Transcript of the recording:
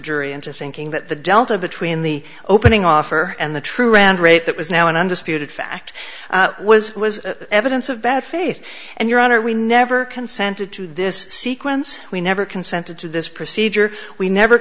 jury into thinking that the delta between the opening offer and the true round rate that was now an undisputed fact was was evidence of bad faith and your honor we never consented to this sequence we never consented to this procedure we never